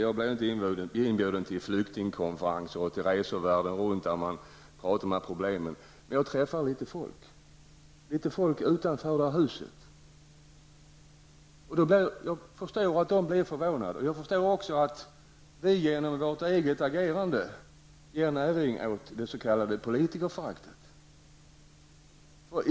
Jag blir inte inbjuden till flyktingkonferenser och resor världen runt där man talar om dessa problem. Men jag träffar människor utanför detta hus. Jag förstår att de blir förvånade, och jag förstår också att vi genom vårt eget agerande ger näring åt det s.k. politikerföraktet.